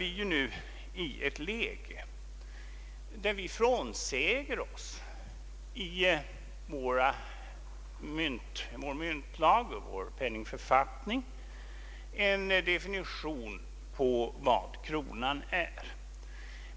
Vi hamnar i ett läge där vi frånsäger oss, i vår myntlag och i vår penningförfattning, en definition på vad kronan är.